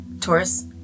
Taurus